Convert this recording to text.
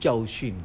教训